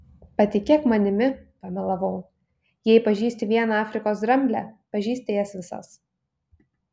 patikėk manimi pamelavau jei pažįsti vieną afrikos dramblę pažįsti jas visas